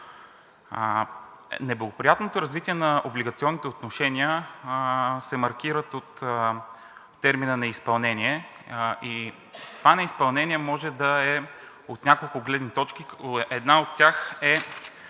Неблагоприятното развитие на облигационните отношения се маркира от термина на изпълнение и това неизпълнение може да е от няколко гледни точки, като една от тях е